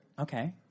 Okay